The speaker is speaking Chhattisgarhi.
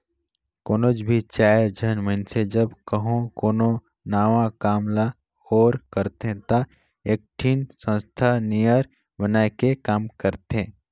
कोनोच भी चाएर झन मइनसे जब कहों कोनो नावा काम ल ओर करथे ता एकठिन संस्था नियर बनाए के काम करथें